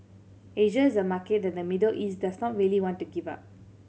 Asia is a market that the Middle East does not really want to give up